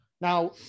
now